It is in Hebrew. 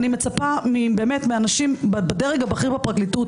אני מצפה באמת מאנשים בדרג הבכיר בפרקליטות.